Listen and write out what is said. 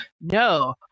no